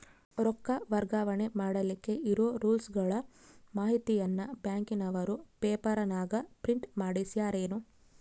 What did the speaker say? ರೊಕ್ಕ ವರ್ಗಾವಣೆ ಮಾಡಿಲಿಕ್ಕೆ ಇರೋ ರೂಲ್ಸುಗಳ ಮಾಹಿತಿಯನ್ನ ಬ್ಯಾಂಕಿನವರು ಪೇಪರನಾಗ ಪ್ರಿಂಟ್ ಮಾಡಿಸ್ಯಾರೇನು?